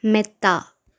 മെത്ത